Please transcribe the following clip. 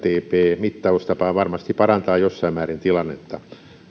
wltp mittaustapaan varmasti parantaa jossain määrin tilannetta